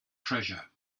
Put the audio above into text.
treasure